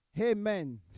Amen